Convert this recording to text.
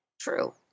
True